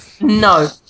No